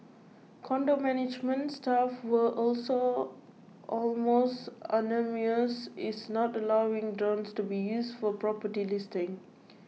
condo management staff were also almost unanimous is not allowing drones to be used for property listings